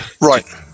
Right